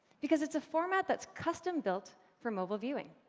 because it's a format that's custom-built for mobile viewing.